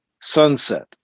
sunset